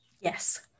Yes